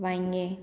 वांयगें